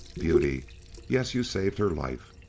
beauty yes, you saved her life.